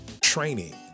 Training